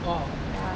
ya